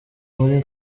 muri